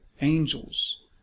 angels